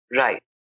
right